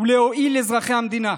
ולהועיל לאזרחי המדינה.